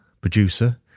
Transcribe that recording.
producer